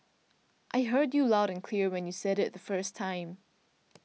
I heard you loud and clear when you said it the first time